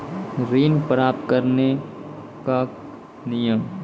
ऋण प्राप्त करने कख नियम?